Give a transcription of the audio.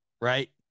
right